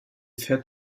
fährt